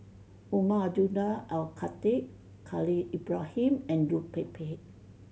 Umar Abdullah Al Khatib Khalil Ibrahim and Liu Pei Pei